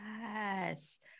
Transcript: Yes